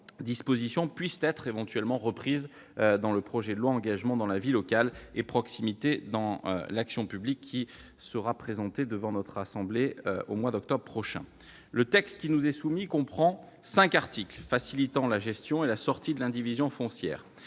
puissent être éventuellement reprises dans le projet de loi relatif à l'engagement dans la vie locale et à la proximité de l'action publique, qui sera présenté devant notre assemblée au mois d'octobre prochain. Le texte qui nous est soumis comprend cinq articles visant à faciliter la gestion et la sortie de l'indivision foncière